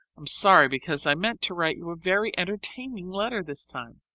i'm sorry because i meant to write you a very entertaining letter this time.